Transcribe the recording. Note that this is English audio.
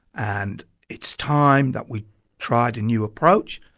and it's time that we tried a new approach,